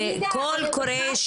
קול קורא,